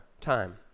time